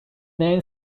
name